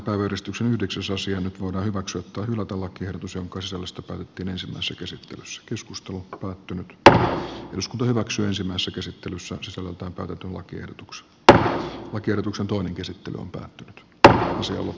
nyt voidaan hyväksyä tai hylätä lakiehdotus jonka sisällöstä päätettiin ensimmäisessä käsittelyssä keskustelutta patty pr isku hyväksyisimmassa käsittelyssä sisällöltään katetun lakiehdotukset tähti on kierroksen toinen käsittely on pelätty tähän asti ollut